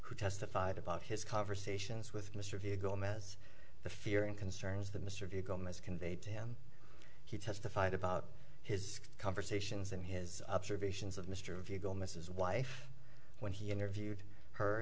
who testified about his conversations with mr of hugo him as the fear and concerns that mr v gomez conveyed to him he testified about his conversations in his observations of mr of hugo mrs wife when he interviewed her